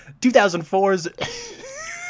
2004's